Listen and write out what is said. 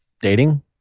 dating